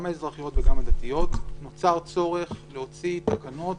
גם האזרחית וגם הדתיות, נוצר צורך להוציא תקנות